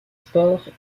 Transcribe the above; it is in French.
spores